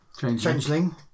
changeling